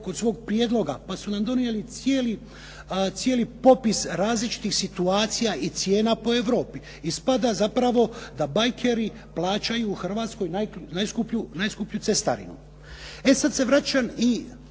kod svog prijedloga pa su nam donijeli cijeli popis različitih situacija i cijena po Europi. Ispada zapravo da bajkeri plaćaju u Hrvatskoj najskuplju cestarinu. E sada se vraćam i